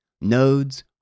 Nodes